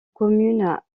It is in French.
commune